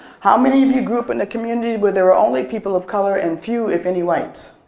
how many of you grew up in a community where there were only people of color and few if any whites?